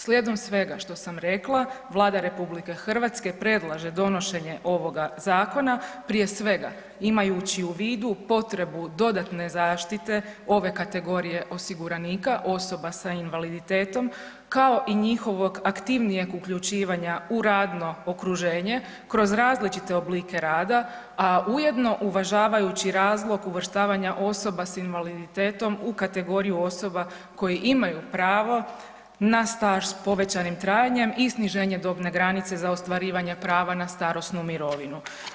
Slijedom svega što sam rekla Vlada RH predlaže donošenje ovoga zakona, prije svega imajući u vidu potrebu dodatne zaštite ove kategorije osiguranika osoba sa invaliditetom kao i njihovog aktivnijeg uključivanja u radno okruženje kroz različite oblike rada, a ujedno uvažavajući razlog uvrštavanja osoba s invaliditetom u kategoriju osoba koje imaju pravo na staž s povećanim trajanjem i sniženje dobne granice za ostvarivanje prava na starosnu mirovinu.